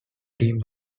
team